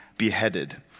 beheaded